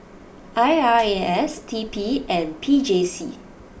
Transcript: I R A S T P and P J C